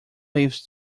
leaves